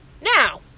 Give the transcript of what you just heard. Now